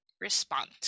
respond